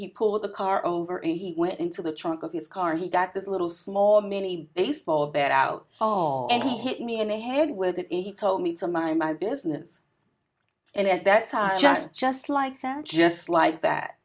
he pulled the car over and he went into the trunk of his car he got this little small mini baseball bat out of any hit me in the head with it and he told me to mind my business and at that time just just like them just like that